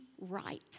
right